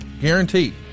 guaranteed